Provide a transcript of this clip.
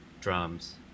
drums